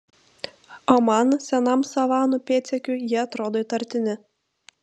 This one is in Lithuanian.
o man senam savanų pėdsekiui jie atrodo įtartini